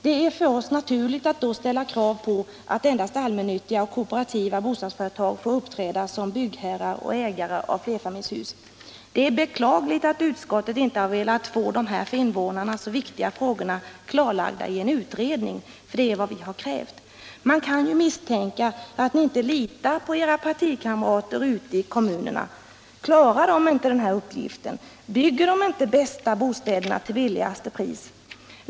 Det är då för oss naturligt att ställa krav på att endast allmännyttiga och kooperativa bostadsföretag får uppträda som byggherrar och ägare av flerfamiljshus. Det är beklagligt att utskottet inte velat få dessa för medborgarna så viktiga frågor klarlagda i en utredning, vilket är vad vi har krävt. Man kan ju misstänka att ni inte litar på era partikamrater ute i kommunerna. Klarar de inte den här uppgiften? Bygger de inte de bästa bostäderna till de lägsta priserna?